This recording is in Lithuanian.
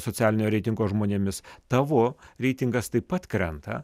socialinio reitingo žmonėmis tavo reitingas taip pat krenta